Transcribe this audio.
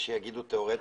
יש שיגידו תיאורטית,